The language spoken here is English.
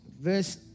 Verse